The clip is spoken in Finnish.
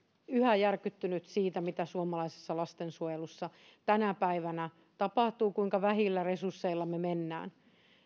yhä syvästi järkyttynyt siitä mitä suomalaisessa lastensuojelussa tänä päivänä tapahtuu kuinka vähillä resursseilla me